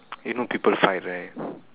you know people fight right